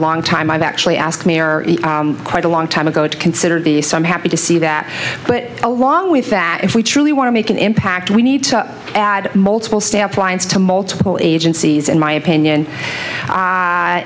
long time i've actually asked me or quite a long time ago to consider the so i'm happy to see that but along with that if we truly want to make an impact we need to add multiple stamp clients to multiple agencies in my opinion